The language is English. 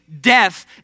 death